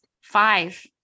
five